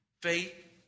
faith